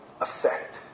effect